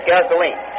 Gasoline